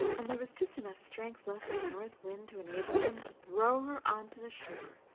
and there was just enough strength left in the north wind to enable him to throw her on to the shore,